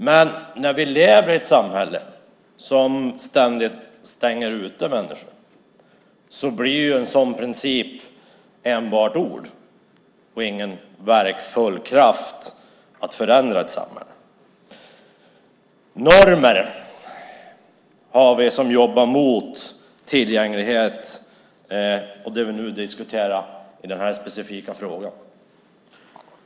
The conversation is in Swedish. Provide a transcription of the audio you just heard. Men när vi lever i ett samhälle som ständigt stänger ute människor blir en sådan princip enbart ord och ingen verkfull kraft att förändra ett samhälle. Vi har normer som jobbar mot tillgänglighet och det vi nu diskuterar i den specifika frågan.